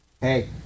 hey